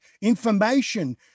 information